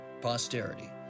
posterity